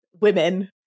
women